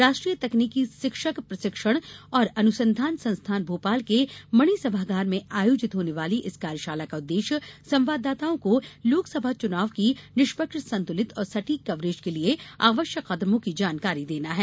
राष्ट्रीय तकनीकी शिक्षक प्रशिक्षण और अनुसन्धान संस्थान भोपाल के मणि सभागार में आयोजित होने वाली इस कार्यशाला का उद्देश्य संवाददाताओं को लोकसभा चुनाव की निष्पक्ष संतुलित और सटीक कवरेज के लिए आवश्यक कदमों की जानकारी देना है